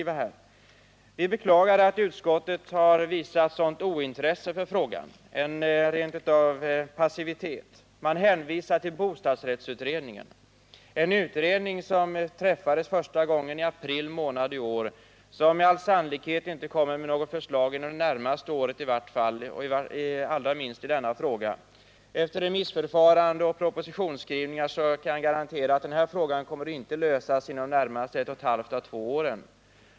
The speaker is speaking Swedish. Vi beklagar att utskottet har visat sådant ointresse, ja, rent av passivitet, i frågan. Utskottet hänvisar till bostadsrättsutredningen — en utredning som träffades första gången i april månad i år och som med all sannolikhet inte kommer med något förslag inom det närmaste året, allra minst i denna fråga. Med tanke på remissförfarande och propositionsskrivning kan jag garantera att den här frågan inte kommer att lösas inom de närmaste ett och ett halvt å två åren.